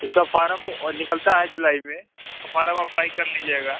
उसका फारम और निकलता है जुलाई में फॉरम अप्लाई कर लीजिएगा